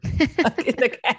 Okay